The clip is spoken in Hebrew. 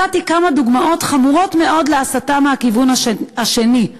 מצאתי כמה דוגמאות חמורות מאוד להסתה מהכיוון השני,